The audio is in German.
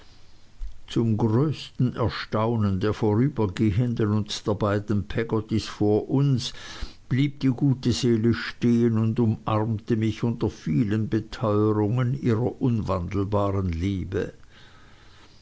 zum größten erstaunen der vorübergehenden und der beiden peggottys vor uns blieb die gute seele stehen und umarmte mich unter vielen beteuerungen ihrer unwandelbaren liebe